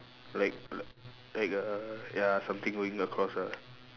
like l~ like uh ya something going across ah